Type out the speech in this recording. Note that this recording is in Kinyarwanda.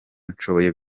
nshoboye